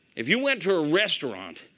if you went to a restaurant,